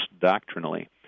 doctrinally